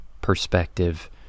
perspective